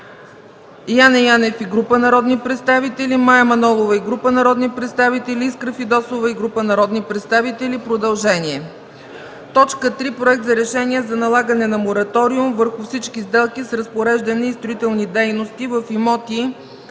Яне Янев и група народни представители; Мая Манолова и група народни представители; Искра Фидосова и група народни представители – продължение.) 3. Проект за решение за налагане на мораториум върху всички сделки с разпореждане и строителни дейности в имоти